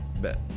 Bet